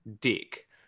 dick